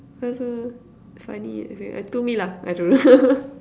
it's funny to me lah I don't know